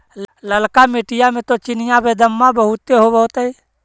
ललका मिट्टी मे तो चिनिआबेदमां बहुते होब होतय?